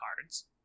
cards